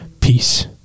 Peace